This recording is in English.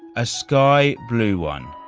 a sky blue one,